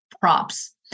props